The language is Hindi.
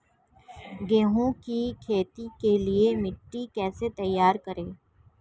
गेहूँ की खेती के लिए मिट्टी कैसे तैयार करें?